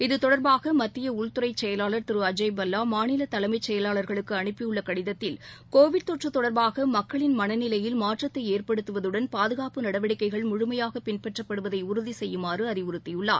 இத்தொடர்பாக மத்திய உள்துறைச் செயலாளர் திரு அஜய் பல்லா மாநில தலைமைச் செயலாளர்களுக்கு அனுப்பியுள்ள கடிதத்தில் கோவிட் தொற்று தொடர்பாக மக்களின் மனநிலையில் மாற்றத்தை ஏற்படுத்துவதுடன் பாதுகாப்பு நடவடிக்கைகள் முழுயைாகப் பின்பற்றப்படுவதை உறுதி செய்யுமாறு அறிவுறுத்தியுள்ளார்